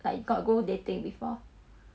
like got go dating before